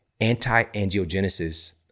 anti-angiogenesis